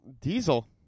Diesel